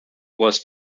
was